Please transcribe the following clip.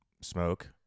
smoke